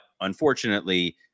unfortunately